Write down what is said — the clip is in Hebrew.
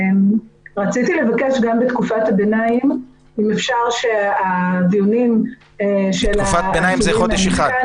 רציתי לבקש גם בתקופת הביניים אם אפשר -- תקופת הביניים היא חודש אחד.